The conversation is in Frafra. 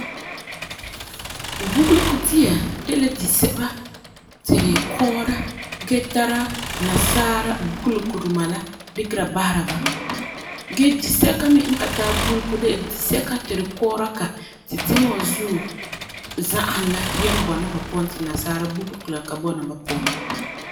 Bugelegɔ dia de la disɛba ti tu kɔɔra gee tara nasaara bugelegɔ duma la dikera basera ba gee diseka me n ka tari bugelegɔ de disɛka ti tu kɔɔra ka ti tiŋa was zuo zahum la yin bɔna ba puan ti nasaara bugelegɔ ka bɔna ba puan.